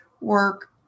work